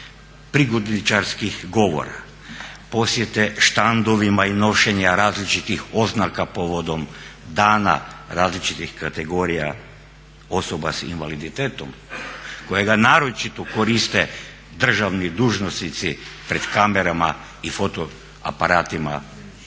prigodničarskih govora, posjete štandovima i nošenja različitih oznaka povodom Dana različitih kategorija osoba s invaliditetom kojega naročito koriste državni dužnosnici pred kamerama i fotoaparatima samo